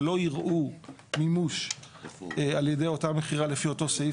שלא יראו מימוש על ידי אותה המכירה לפי אותו סעיף